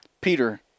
Peter